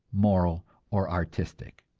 moral or artistic.